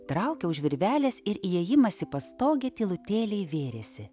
traukia už virvelės ir įėjimas į pastogę tylutėliai vėrėsi